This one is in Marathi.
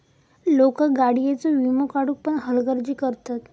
लोका गाडीयेचो वीमो काढुक पण हलगर्जी करतत